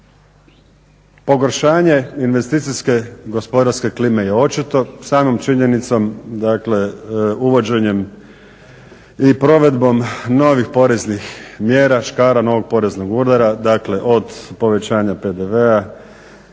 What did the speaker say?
Pogoršanje investicijske gospodarske klime je očito, samom činjenicom, dakle uvođenjem i provedbom novih poreznih mjera, škara, novog poreznog udara, dakle od povećanja PDV-a